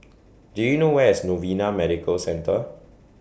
Do YOU know Where IS Novena Medical Centre